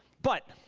but